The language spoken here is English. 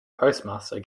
postmaster